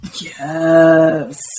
Yes